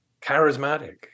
charismatic